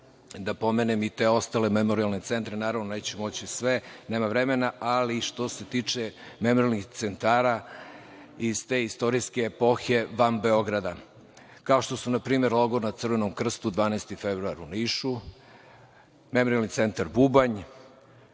da pomenem i te ostale memorijalne centre, naravno neću moći sve, nema vremena, ali što se tiče memorijalnih centara iz te istorijske epohe van Beograda, kao što su, na primer: Logor na Crvenom Krstu "12. februar", u Nišu Memorijalni centar "Bubanj",